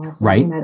Right